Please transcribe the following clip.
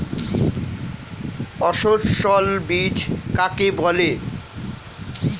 অসস্যল বীজ কাকে বলে?